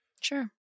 Sure